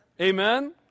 Amen